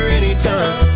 anytime